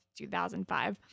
2005